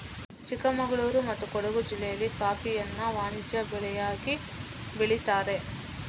ಚಿಕ್ಕಮಗಳೂರು ಮತ್ತೆ ಕೊಡುಗು ಜಿಲ್ಲೆಯಲ್ಲಿ ಕಾಫಿಯನ್ನ ವಾಣಿಜ್ಯ ಬೆಳೆಯಾಗಿ ಬೆಳೀತಾರೆ